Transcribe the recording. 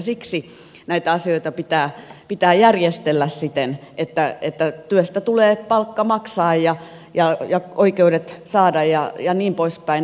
siksi näitä asioita pitää järjestellä siten että työstä tulee palkka maksaa ja oikeudet saada ja niin poispäin